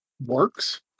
works